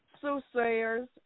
soothsayers